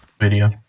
video